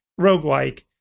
roguelike